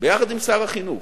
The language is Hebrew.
יחד עם שר החינוך,